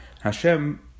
Hashem